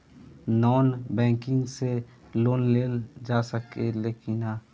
Non banking से loan लेल जा ले कि ना?